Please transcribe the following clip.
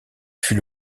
fut